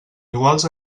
iguals